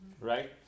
right